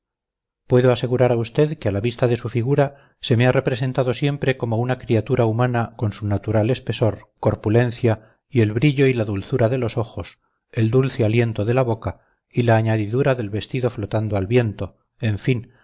puedo asegurar a usted que a la vista su figura se me ha representado siempre como una criatura humana con su natural espesor corpulencia y el brillo y la dulzura de los ojos el dulce aliento de la boca y la añadidura del vestido flotando al viento en fin